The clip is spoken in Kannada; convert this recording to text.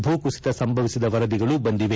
ಭೂಕುಸಿತ ಸಂಭವಿಸಿದ ವರದಿಗಳೂ ಬಂದಿದೆ